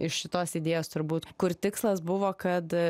iš šitos idėjos turbūt kur tikslas buvo kad